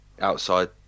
outside